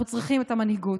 אנחנו צריכים את המנהיגות,